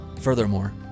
Furthermore